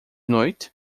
noite